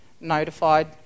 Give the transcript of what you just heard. notified